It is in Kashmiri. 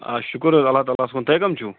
آ شُکُر حظ اللہ تعالٰی ہَس کُن تُہۍ کٕم چھُو